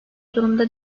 durumda